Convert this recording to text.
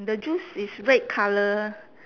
the juice is red colour